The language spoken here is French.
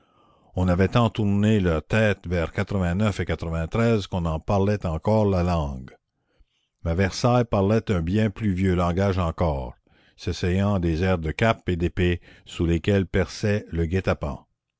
on avait tant tourné la tête vers et quon en parlait encore la langue mais versailles parlait un bien plus vieux langage encore s'essayant à des airs de cape et d'épée sous lesquels perçait le guet-apens